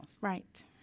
Right